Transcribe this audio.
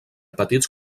petits